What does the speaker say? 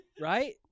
Right